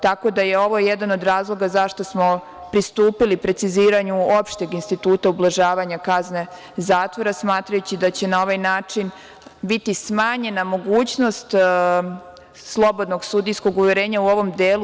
Tako da je ovo jedan od razloga zašto smo pristupili preciziranju opšteg instituta ublažavanja kazne zatvora, smatrajući da će na ovaj način biti smanjena mogućnost slobodnog sudijskog uverenja u ovom delu.